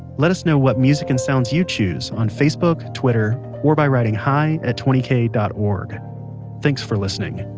let us know what music and sounds you'd choose on facebook, twitter or by writing hi at twenty k dot org thanks for listening